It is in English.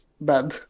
bad